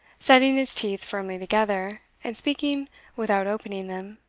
setting his teeth firmly together, and speaking without opening them,